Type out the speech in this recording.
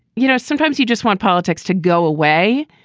you know, sometimes you just want politics to go away.